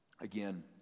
Again